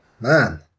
man